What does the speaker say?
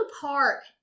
Park